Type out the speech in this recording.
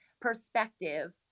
perspective